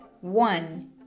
one